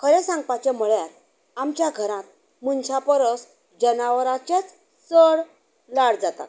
खरें सांगपाचें म्हळ्यार आमच्या घरात मनशा परस जनावराचेच चड लाड जातात